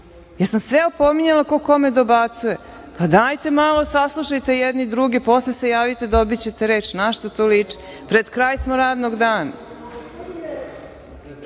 Jesam sve opominjala ko kome dobacuje? Dajte malo saslušajte jedni druge, posle se javite, dobićete reč. Na šta to liči? Pred kraj smo radnog dana. Molim